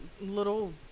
little